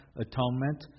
atonement